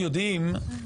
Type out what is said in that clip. מה זה תתייחס?